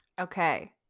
Okay